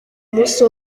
munsi